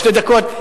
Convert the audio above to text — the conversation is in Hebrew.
שתי דקות?